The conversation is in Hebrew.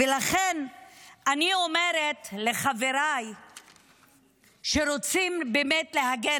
ולכן אני אומרת לחבריי שרוצים באמת להגן